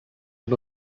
and